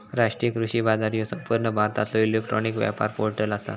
राष्ट्रीय कृषी बाजार ह्यो संपूर्ण भारतातलो इलेक्ट्रॉनिक व्यापार पोर्टल आसा